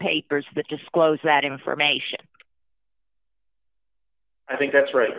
papers that disclose that information i think that's right